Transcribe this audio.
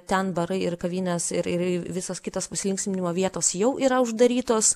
ten barai ir kavinės ir ir visos kitos pasilinksminimo vietos jau yra uždarytos